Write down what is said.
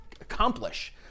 accomplish